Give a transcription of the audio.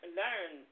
learn